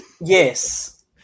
Yes